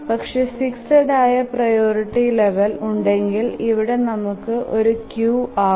പക്ഷെ ഫിക്സഡ് ആയ priority level ഉണ്ടെങ്കിൽ ഇവിടെ നമുക്ക് ഒരു ക്യു ആകാം